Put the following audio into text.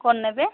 କ'ଣ ନେବେ